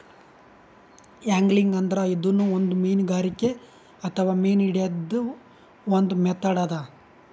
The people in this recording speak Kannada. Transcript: ಯಾಂಗ್ಲಿಂಗ್ ಅಂದ್ರ ಇದೂನು ಒಂದ್ ಮೀನ್ಗಾರಿಕೆ ಅಥವಾ ಮೀನ್ ಹಿಡ್ಯದ್ದ್ ಒಂದ್ ಮೆಥಡ್ ಅದಾ